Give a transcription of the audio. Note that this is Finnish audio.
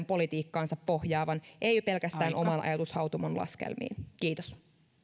politiikkaansa pohjaavan eikä pelkästään oman ajatushautomon laskelmiin kiitos